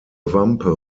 wampe